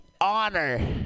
honor